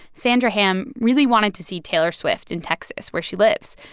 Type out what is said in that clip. sandra hamm really wanted to see taylor swift in texas, where she lives.